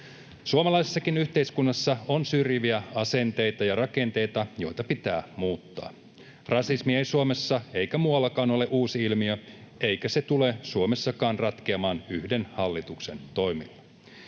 Suomalaisessakin yhteiskunnassa on syrjiviä asenteita ja rakenteita, joita pitää muuttaa. Rasismi ei Suomessa eikä muuallakaan ole uusi ilmiö, eikä se tule Suomessakaan ratkeamaan yhden hallituksen toimilla.